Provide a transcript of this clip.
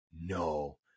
no